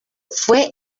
fue